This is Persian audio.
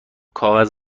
کاغذ